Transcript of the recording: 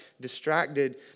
distracted